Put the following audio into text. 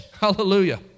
Hallelujah